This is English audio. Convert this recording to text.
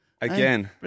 Again